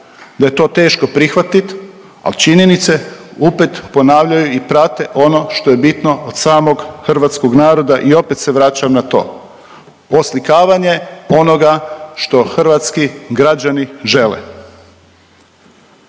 da je to teško prihvatit ali činjenice opet ponavljaju i prate ono što je bitno od samog hrvatskog naroda i opet se vraćam na to. Oslikavanje onoga što hrvatski građani žele.